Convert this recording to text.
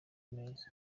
meza